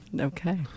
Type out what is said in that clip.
Okay